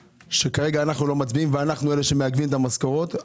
שאנו לא מציעים ואנו אלה שמעכבים את המשכורות.